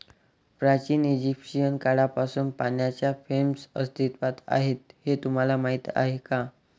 प्राचीन इजिप्शियन काळापासून पाण्याच्या फ्रेम्स अस्तित्वात आहेत हे तुम्हाला माहीत आहे का?